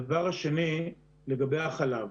לגבי החלב,